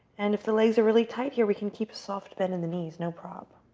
and if the legs are really tight here, we can keep a soft bend in the knees, no problem.